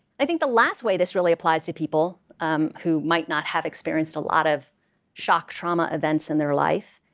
i think the last way this really applies to people um who might not have experienced a lot of shock trauma events in their life